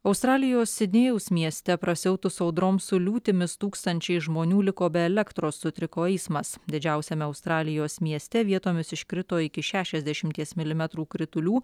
australijos sidnėjaus mieste prasiautus audroms su liūtimis tūkstančiai žmonių liko be elektros sutriko eismas didžiausiame australijos mieste vietomis iškrito iki šešiasdešimties milimetrų kritulių